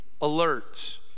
alert